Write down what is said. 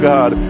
God